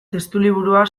testuliburua